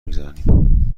میگذرونیم